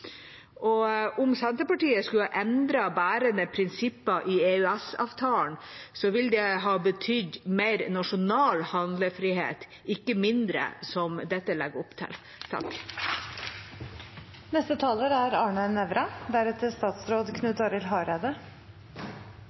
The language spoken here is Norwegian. Om Senterpartiet skulle ha endret bærende prinsipper i EØS-avtalen, ville det ha betydd mer nasjonal handlefrihet, og ikke mindre, som dette legger opp til.